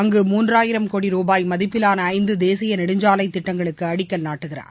அங்கு மூன்றாயிரம் கோடி ரூபாய் மதிப்பிலான ஐந்து தேசிய நெடுஞ்சாலைத் திட்டங்களுக்கு அடிக்கல் நாட்டுகிறார்